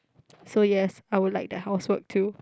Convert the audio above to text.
so yes I would like the house work too